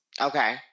Okay